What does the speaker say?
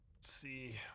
See